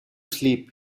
sleep